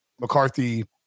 McCarthy